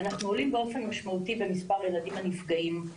אנחנו עולים באופן משמעותי במספר הילדים הנפגעים.